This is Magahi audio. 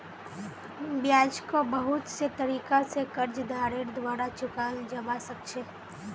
ब्याजको बहुत से तरीका स कर्जदारेर द्वारा चुकाल जबा सक छ